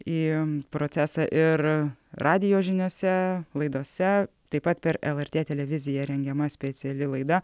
į procesą ir radijo žiniose laidose taip pat per elartė televiziją rengiama speciali laida